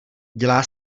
dělá